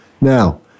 Now